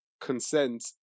consent